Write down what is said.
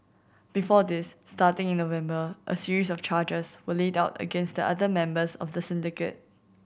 before this starting in November a series of charges were laid out against other members of the syndicate